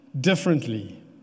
differently